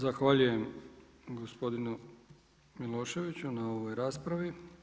Zahvaljujem gospodinu Miloševiću na ovoj raspravi.